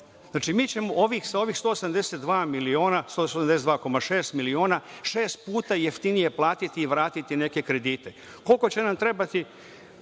Znači, mi ćemo sa ovih 182,6 miliona šest puta jeftinije platiti i vratiti neke kredite. Koliko će nam trebati,